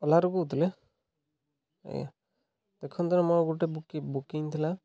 ଓଲାରୁ କହୁଥିଲେ ଆଜ୍ଞା ଦେଖନ୍ତୁ ମୋ ଗୋଟେ ବୁକିଂ ଥିଲା